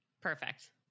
Perfect